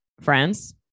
friends